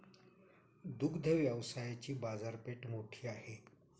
दुग्ध व्यवसायाची बाजारपेठ मोठी आहे